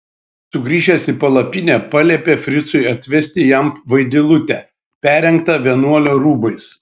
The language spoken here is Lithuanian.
sugrįžęs į palapinę paliepė fricui atvesti jam vaidilutę perrengtą vienuolio rūbais